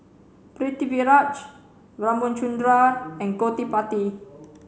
Pritiviraj Ramchundra and Gottipati